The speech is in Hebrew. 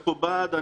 מכובד.